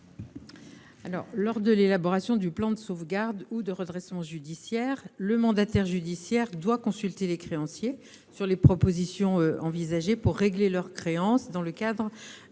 ? Lors de l'élaboration du plan de sauvegarde ou de redressement judiciaire, le mandataire judiciaire doit consulter les créanciers sur les propositions envisagées pour régler leurs créances dans le cadre